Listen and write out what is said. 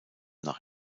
nach